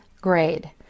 grade